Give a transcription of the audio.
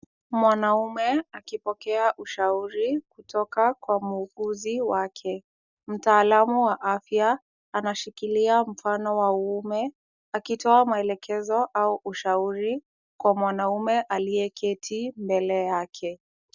Mwanaume akipokea ushauri kutoka kwa muuguzi wake. Mtaalamu wa afya anashikilia mfano wa uume, akitoa maelekezo au ushauri kwa mwanaume aliyeketi mbele yake.